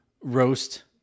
roast